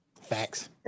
Facts